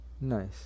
Nice